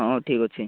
ହଁ ଠିକ୍ ଅଛି